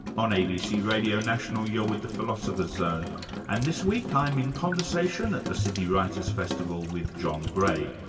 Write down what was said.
on abc radio national you're with the philosopher's zone and this week i'm in conversation at the sydney writers' festival with john gray,